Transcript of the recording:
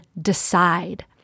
decide